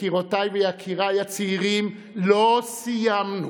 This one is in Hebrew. יקירותיי ויקיריי הצעירים, לא סיימנו.